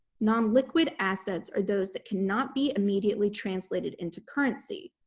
non-liquid assets are those that cannot be immediately translated into currency.